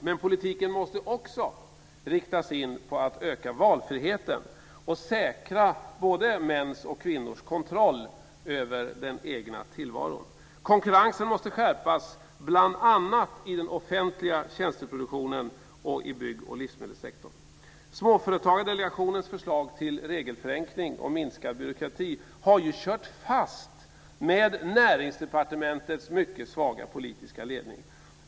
Men politiken måste också riktas in på att öka valfriheten och säkra både mäns och kvinnors kontroll över den egna tillvaron. Konkurrensen måste skärpas, bl.a. i den offentliga tjänsteproduktionen och i bygg och livsmedelssektorn. Näringsdepartementets mycket svaga politiska ledning.